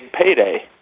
payday